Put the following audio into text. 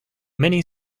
many